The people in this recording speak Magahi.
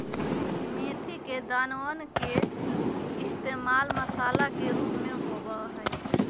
मेथी के दानवन के इश्तेमाल मसाला के रूप में होबा हई